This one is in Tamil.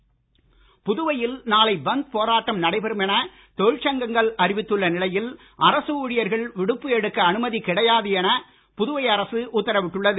அரசு ஊழியர் புதுவையில் நாளை பந்த் போராட்டம் நடைபெறும் என தொழிற்சங்கங்கள் அறிவித்தள்ள நிலையில் அரசு ஊழியர்கள் விடுப்பு எடுக்க அனுமதி கிடையாது என புதுவை அரசு உத்தரவிட்டுள்ளது